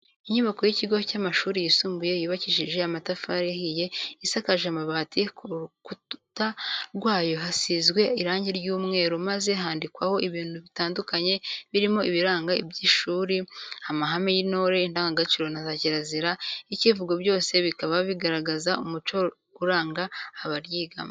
Inyubako y'ikigo cy'amashuri yisumbuye yubakishije amatafari ahiye, isakaje amabati, ku rukutwa rwayo kasizwe irangi ry'umweru maze handikwaho ibintu bitandukanye birimo ibirango by'ishuri, amahame y'intore, indangagaciro na za kirazira, icyivugo byose bikaba bigaragaza umuco uranga abaryigamo.